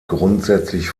grundsätzlich